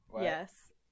Yes